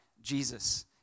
Jesus